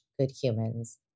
goodhumans